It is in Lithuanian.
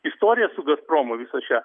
istoriją su gazpromu visą šią